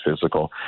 physical